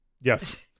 Yes